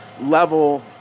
level